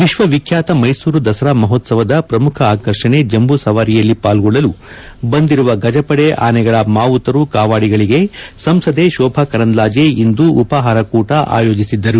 ವಿಶ್ವ ವಿಖ್ಯಾತ ಮೈಸೂರು ದಸರಾ ಮಹೋತ್ಸವದ ಪ್ರಮುಖ ಆಕರ್ಷಣೆ ಜಂಬೂ ಸವಾರಿಯಲ್ಲಿ ಪಾಲ್ಗೊಳ್ಳಲು ಬಂದಿರುವ ಗಜಪಡೆ ಅನೆಗಳ ಮಾವುತರು ಕಾವಾಡಿಗಳಿಗೆ ಸಂಸದೆ ಶೋಭಾ ಕರಂದ್ವಾಜೆ ಇಂದು ಉಪಹಾರ ಕೂಟ ಆಯೋಜಿಸಿದ್ದರು